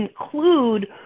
include